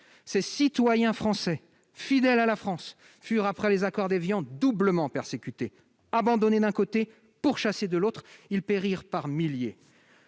Ces citoyens français fidèles à la France furent, après les accords d'Évian, doublement persécutés. Abandonnés d'un côté, pourchassés de l'autre, ils périrent par milliers.